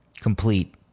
complete